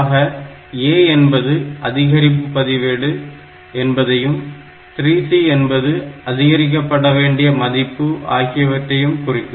ஆக A என்பது அதிகரிப்பு பதிவேடு என்பதையும் 3C என்பது அதிகரிக்கபடவேண்டிய மதிப்பு ஆகியவற்றை குறிக்கும்